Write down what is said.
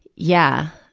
yeah.